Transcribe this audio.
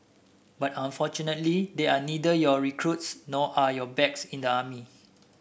but unfortunately they are neither your recruits nor are you backs in the army